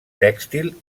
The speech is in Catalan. tèxtil